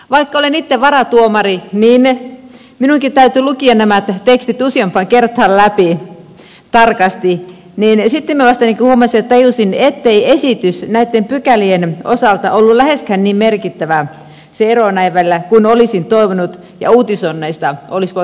vaikka olen itse varatuomari minunkin täytyi lukea nämä tekstit useampaan kertaan läpi tarkasti ja sitten minä vasta huomasin ja tajusin ettei esitys näitten pykälien osalta ollut läheskään niin merkittävä se ero näitten välillä kuin olisin toivonut ja uutisoinneista olisi voinut ymmärtää